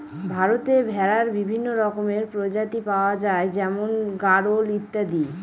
ভারতে ভেড়ার বিভিন্ন রকমের প্রজাতি পাওয়া যায় যেমন গাড়োল ইত্যাদি